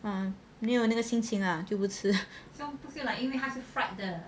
没有那个心情 ah 就不吃